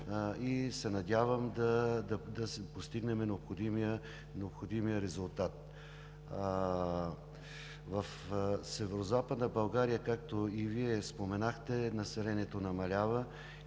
и се надявам да постигнем необходимия резултат. В Северозападна България, както и Вие споменахте, населението намалява